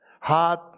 Heart